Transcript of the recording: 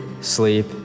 sleep